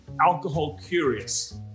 alcohol-curious